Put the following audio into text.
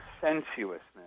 sensuousness